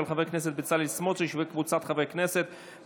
של חבר הכנסת בצלאל סמוטריץ' וקבוצת חברי הכנסת.